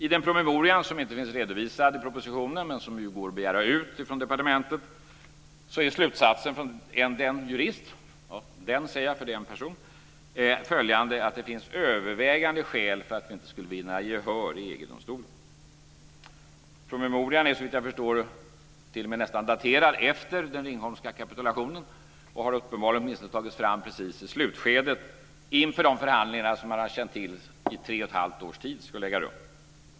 I den promemoria, som inte finns redovisad i propositionen men som går att begära ut från departementet, är slutsatsen gjord av en jurist att det finns övervägande skäl för att vi inte skulle vinna gehör i EG-domstolen. Promemorian är såvitt jag förstår daterad till efter den Ringholmska kapitulationen och har uppenbarligen tagits fram i slutskedet inför de förhandlingar som man i tre och ett halvt års tid har känt till skulle äga rum.